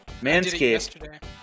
Manscaped